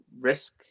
risk